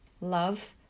Love